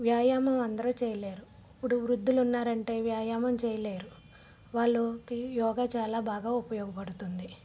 వ్యాయామం అందరు చేయలేరు ఇప్పుడు వృద్ధులు ఉన్నారంటే వ్యాయామం చేయలేరు వాళ్ళకి యోగా చాలా బాగా ఉపయోగపడుతుంది